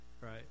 right